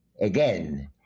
again